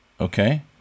okay